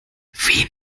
wen